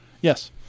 yes